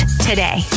today